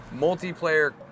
multiplayer